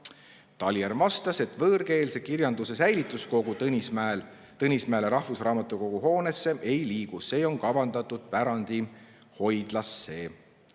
Talihärm vastas, et võõrkeelse kirjanduse säilituskogu Tõnismäele rahvusraamatukogu hoonesse ei liigu. See on kavandatud pärandihoidlasse.